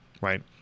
Right